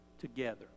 together